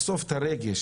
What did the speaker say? לחשוף את הרגש,